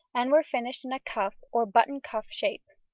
and were finished in a cuff, or buttoned cuff-shape.